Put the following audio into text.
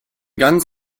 ganz